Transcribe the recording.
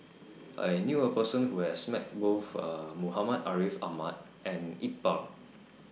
I knew A Person Who has Met Both Muhammad Ariff Ahmad and Iqbal